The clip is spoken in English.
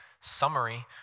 summary